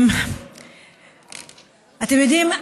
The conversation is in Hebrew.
אתם יודעים,